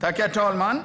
Herr talman!